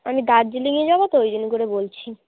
আমি দার্জিলিঙে যাবো তো ওই জন্য করে বলছি